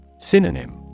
Synonym